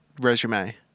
resume